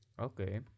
Okay